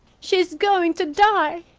she's going to die!